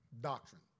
doctrine